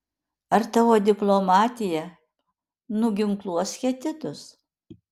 ar tavo diplomatija nuginkluos hetitus